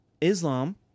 Islam